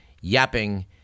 yapping